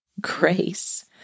grace